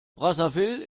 brazzaville